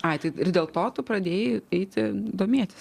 ar tai ir dėl to tu pradėjai eiti domėtis